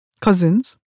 cousins